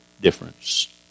difference